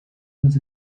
los